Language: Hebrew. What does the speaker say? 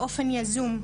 באופן יזום,